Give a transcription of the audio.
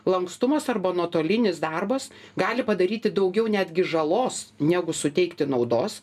lankstumas arba nuotolinis darbas gali padaryti daugiau netgi žalos negu suteikti naudos